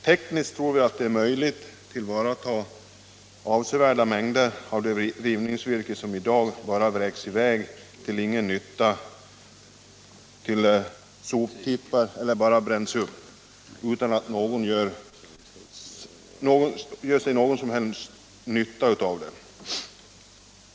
Tekniskt tror vi att det är möjligt att tillvarata avsevärda mängder av det rivningsvirke som i dag bara vräks i väg till ingen som helst nytta till soptippar eller bara bränns upp.